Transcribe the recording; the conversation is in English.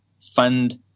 fund